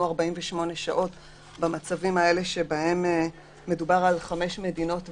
48 שעות במצבים שבהם מדובר על חמש מדינות ומעלה.